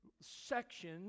section